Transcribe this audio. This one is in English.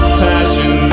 passion